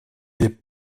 des